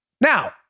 Now